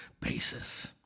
basis